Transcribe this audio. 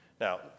Now